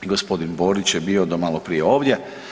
Gospodin Borić je bio do malo prije ovdje.